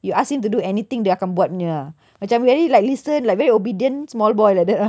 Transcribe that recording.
you ask him to do anything dia akan buat punya ah macam very like listen like very obedient small boy like that ah